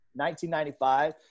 1995